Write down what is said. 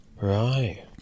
Right